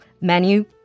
menu